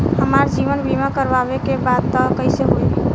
हमार जीवन बीमा करवावे के बा त कैसे होई?